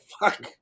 fuck